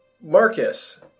Marcus